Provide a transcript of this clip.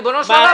ריבונו של עולם,